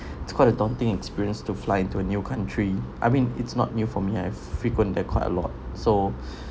it's quite a daunting experience to fly into a new country I mean it's not new for me I've frequent there quite a lot so